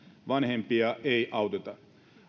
vanhempia ei auteta